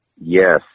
Yes